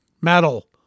Metal